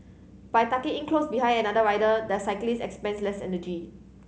by tucking in close behind another rider the cyclist expends less energy